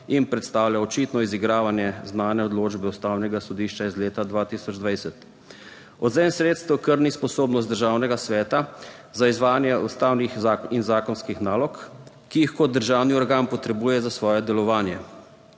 in predstavlja očitno izigravanje znane odločbe Ustavnega sodišča iz leta 2020. Odvzem sredstev krni sposobnost Državnega sveta za izvajanje ustavnih in zakonskih nalog, ki jih kot državni organ potrebuje za svoje delovanje.